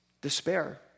Despair